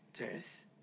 Yes